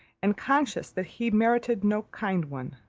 and conscious that he merited no kind one.